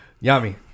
Yummy